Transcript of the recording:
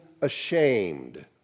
ashamed